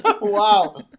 Wow